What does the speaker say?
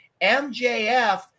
MJF